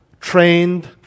trained